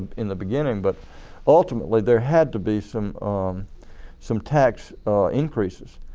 in the beginning but ultimately, there had to be some um some tax increases.